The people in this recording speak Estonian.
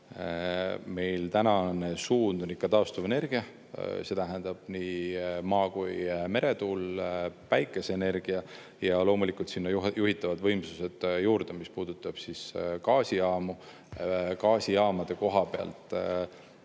meil tänane suund on ikka taastuvenergia, see tähendab, nii maa‑ kui ka meretuul, päikeseenergia ja loomulikult juhitavad võimsused sinna juurde. Mis puudutab gaasijaamu, gaasijaamade koha pealt